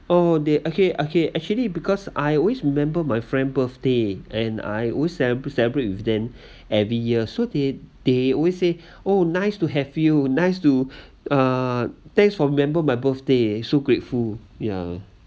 oh they okay okay actually because I always remember my friend birthday and I always celeb~ celebrate with them every year so they they always say oh nice to have you nice to uh thanks for remember my birthday so grateful ya